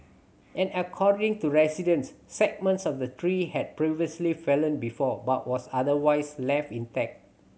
and according to residents segments of the tree had previously fallen before but was otherwise left intact